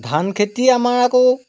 ধান খেতি আমাৰ আকৌ